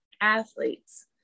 athletes